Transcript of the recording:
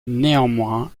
néanmoins